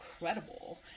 incredible